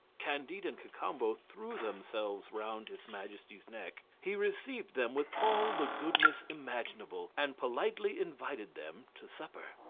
candide and cacambo threw themselves round his majesty's neck. he received them with all the goodness imaginable, and politely invited them to supper.